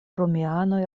romianoj